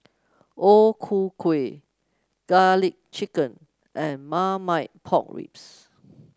O Ku Kueh garlic chicken and Marmite Pork Ribs